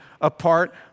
apart